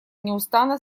неустанно